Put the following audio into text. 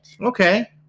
Okay